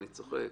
אני צוחק.